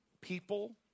people